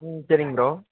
ம் சரிங்க ப்ரோ